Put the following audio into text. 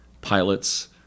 pilots